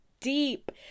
deep